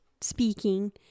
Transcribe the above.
speaking